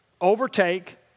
overtake